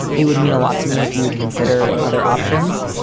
it would mean a lot to me if you would consider other options.